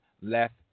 left